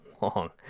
long